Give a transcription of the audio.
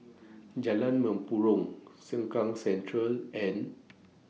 Jalan Mempurong Sengkang Central and